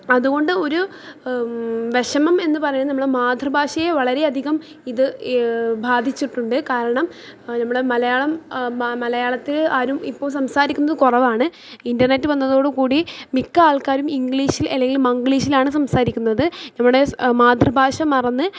അതുകൊണ്ട് ഒരു വിഷമം എന്നു പറയുന്ന നമ്മളെ മാതൃഭാഷയെ വളരെയധികം ഇത് ബാധിച്ചിട്ടുണ്ട് കാരണം നമ്മുടെ മലയാളം മലയാളത്തിൽ ആരും ഇപ്പോൾ സംസാരിക്കുന്നത് കുറവാണ് ഇൻ്റർനെറ്റ് വന്നതോടുകൂടി മിക്ക ആൾക്കാരും ഇംഗ്ലീഷിൽ അല്ലെങ്കിൽ മംഗ്ലീഷിലാണ് സംസാരിക്കുന്നത് ഇവിടെ മാത്രഭാഷ മറന്ന്